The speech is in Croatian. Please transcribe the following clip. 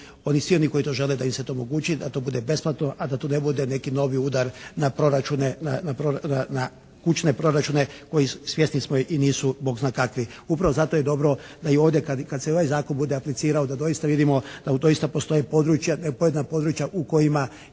oni svi koji to žele da im se to omogući da to bude besplatno, a da to ne bude neki novi udar na proračune, na kućne proračune koji svjesni smo i nisu bog zna kakvi. Upravo zato je dobro da i ovdje kad se ovaj zakon bude aplicirao da doista vidimo, da li doista postoje područja, pojedina područja u kojima